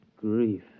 grief